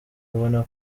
ubona